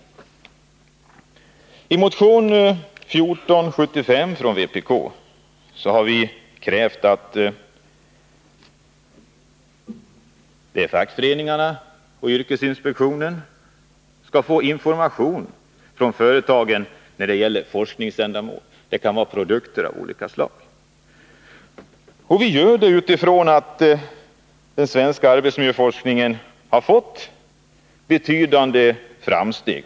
I motion 1475 kräver vi från vpk att fackföreningarna och yrkesinspektionen skall få information från företagen när det gäller forskningsändamål. Det kan vara fråga om produkter av olika slag. Vi gör det med tanke på att den svenska arbetsmiljöforskningen har gjort betydande framsteg.